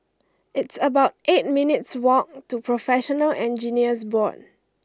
it's about eight minutes' walk to Professional Engineers Board